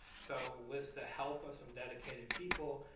so, with the help of some dedicated people,